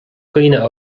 dhaoine